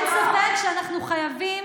אין ספק שאנחנו חייבים